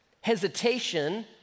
hesitation